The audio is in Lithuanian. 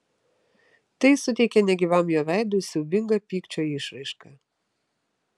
tai suteikė negyvam jo veidui siaubingą pykčio išraišką